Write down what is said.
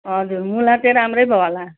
हजुर मुला चाहिँ राम्रै भयो होला